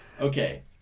Okay